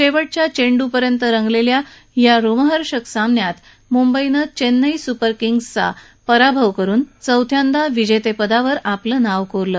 शेवटच्या चेंडूपर्यंत रंगलेल्या या रोमहर्षक सामन्यात मुंबईनं चेन्नई सुपर किंग्ज संघाचा पराभव करत चौथ्यांदा विजेतेपदावर आपलं नाव कोरलं